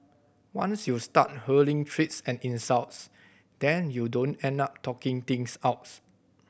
once you start hurling threats and insults then you don't end up talking things outs